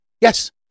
yes